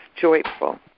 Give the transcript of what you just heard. joyful